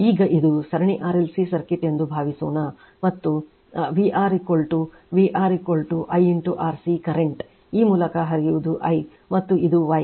ಈಗ ಇದು ಸರಣಿ RLC ಸರ್ಕ್ಯೂಟ್ ಎಂದು ಭಾವಿಸೋಣ VR VR I into RC current ಈ ಮೂಲಕ ಹರಿಯುತ್ತಿರುವುದು I ಮತ್ತು ಇದು YL